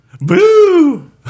Boo